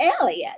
Elliot